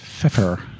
Pepper